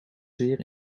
zeer